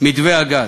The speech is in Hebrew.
מתווה הגז.